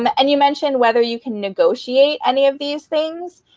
and and you mentioned whether you can negotiate any of these things.